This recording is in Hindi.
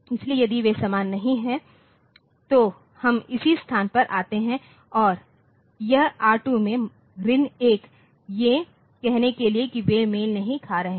इसलिए यदि वे समान नहीं हैं तो हम इसी स्थान पर आते हैं और यह R2 में माइनस 1 ये कहने के लिए कि वे मेल नहीं खा रहे हैं